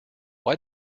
why